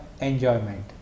enjoyment